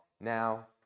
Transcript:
now